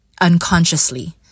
unconsciously